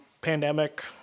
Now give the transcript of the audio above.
pandemic